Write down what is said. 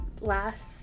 last